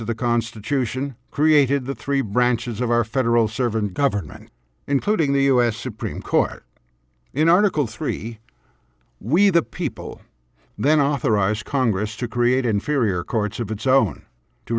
to the constitution created the three branches of our federal servant government including the us supreme court in article three we the people then authorize congress to create inferior courts of its own to